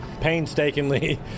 painstakingly